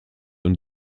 und